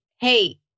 hey